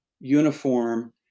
uniform